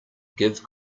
give